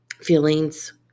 feelings